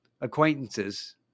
acquaintances